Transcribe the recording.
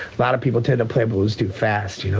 lot of people tend to play blues too fast. you know